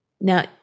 Now